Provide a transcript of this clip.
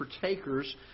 partakers